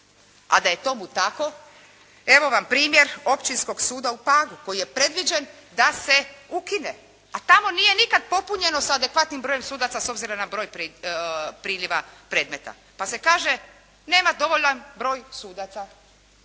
A da je tomu tako evo vam primjer Općinskog suda u Pagu koji je predviđen da se ukine, a tamo nije nikad popunjeno sa adekvatnim brojem sudaca s obzirom na broj priliva predmeta pa se kaže nema dovoljan broj sudaca,